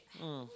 mm